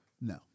No